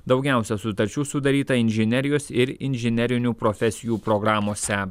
daugiausia sutarčių sudaryta inžinerijos ir inžinerinių profesijų programose